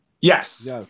Yes